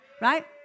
Right